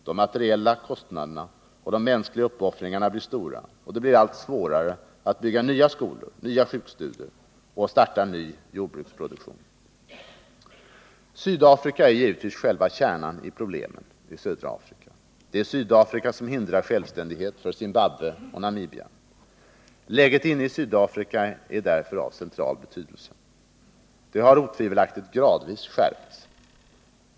De materiella kostnaderna och de mänskliga uppoffringarna blir stora, och det blir allt svårare att bygga nya skolor och nya sjukstugor samt att starta en ny jordbruksproduktion. Sydafrika är givetvis själva kärnan i problemen i södra Afrika. Det är Sydafrika som hindrar självständighet för Zimbabwe och Namibia. Läget inne i Sydafrika är därför av central betydelse. Det har otvivelaktigt gradvis skärpts.